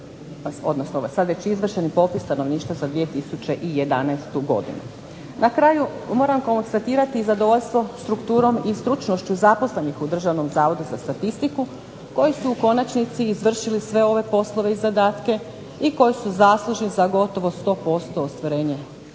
odnosno ovaj sad već izvršeni popis stanovništva za 2011. godinu. Na kraju moram konstatirati i zadovoljstvo strukturom i stručnošću zaposlenih u Državnom zavodu za statistiku koji su u konačnici izvršili sve ove poslove i zadatka i koji su zaslužni za gotovo 100% ostvarenje